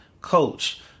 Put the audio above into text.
Coach